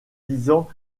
disant